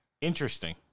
Interesting